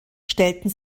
stellten